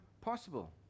possible